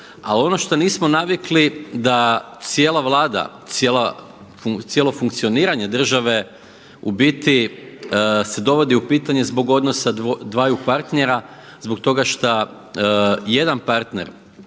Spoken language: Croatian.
ali ono što nismo navikli da cijela Vlada, cijelo funkcioniranje države u biti se dovodi u pitanje zbog odnosa dvaju partnera zbog toga što jedan partner